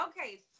Okay